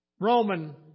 Roman